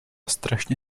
strašně